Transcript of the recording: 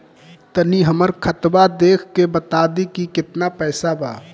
तनी हमर खतबा देख के बता दी की केतना पैसा बा?